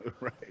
Right